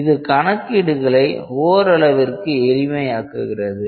இது கணக்கீடுகளை ஓரளவிற்கு எளிமையாக்குகிறது